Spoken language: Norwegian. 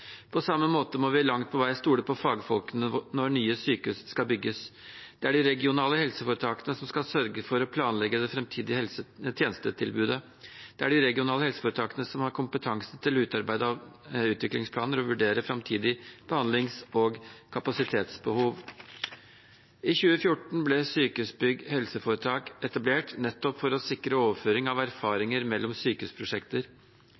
På samme måte må vi langt på vei stole på fagfolkene når nye sykehus skal bygges. Det er de regionale helseforetakene som skal sørge for å planlegge det framtidige tjenestetilbudet. Det er de regionale helseforetakene som har kompetanse til å utarbeide utviklingsplaner og vurdere framtidig behandlings- og kapasitetsbehov. I 2014 ble Sykehusbygg HF etablert, nettopp for å sikre overføring av